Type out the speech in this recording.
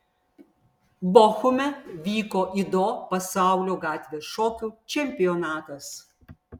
bochume vyko ido pasaulio gatvės šokių čempionatas